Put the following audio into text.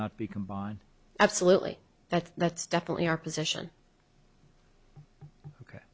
not be combined absolutely that that's definitely our position